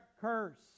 curse